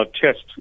tests